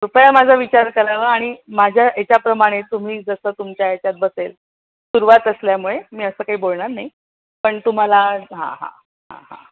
कृपया माझा विचार करावा आणि माझ्या याच्याप्रमाणे तुम्ही जसं तुमच्या याच्यात बसेल सुरुवात असल्यामुळे मी असं काही बोलणार नाही पण तुम्हाला हां हां हांं हां